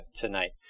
tonight